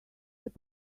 but